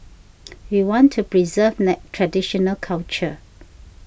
we want to preserve traditional culture